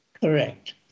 Correct